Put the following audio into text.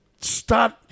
start